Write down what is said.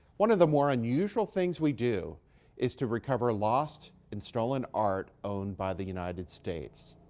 one of the more unusual things we do is to recover lost and stolen art owned by the united states.